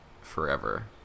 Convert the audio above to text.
forever